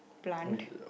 plant